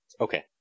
okay